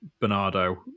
Bernardo